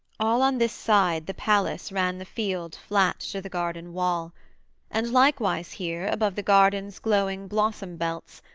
all on this side the palace ran the field flat to the garden-wall and likewise here, above the garden's glowing blossom-belts,